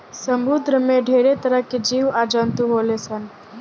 समुंद्र में ढेरे तरह के जीव आ जंतु होले सन